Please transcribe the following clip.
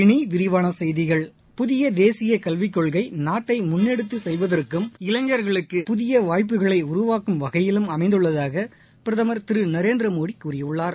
இனி விரிவான செய்திகள் புதிய தேசிய கல்விக் கொள்கை நாட்டை முள்ளெடுத்துச் செல்வதற்கும் இளைஞர்களுக்கு புதிய வாய்ப்புகளை உருவாக்கும் வகையிலும் அமைந்துள்ளதாக பிரதமர் திரு நரேந்திரமோடி கூறியுள்ளார்